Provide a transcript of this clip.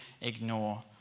ignore